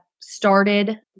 started